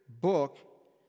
book